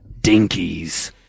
dinkies